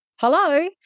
Hello